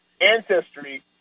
ancestry